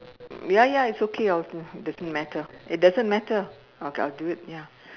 ya ya it's okay I'll do doesn't matter it doesn't matter okay I'll do it ya